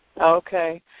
Okay